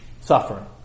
suffering